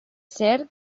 cert